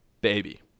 baby